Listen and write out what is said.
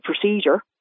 procedure